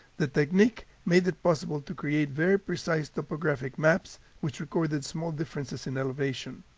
the technique made it possible to create very precise topographic maps which recorded small differences in elevation.